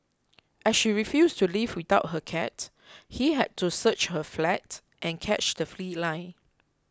as she refused to leave without her cat he had to search her flat and catch the feline